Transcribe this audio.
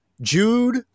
Jude